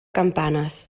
campanes